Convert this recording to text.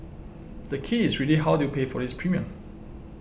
the key is really how do you pay for this premium